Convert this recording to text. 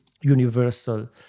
universal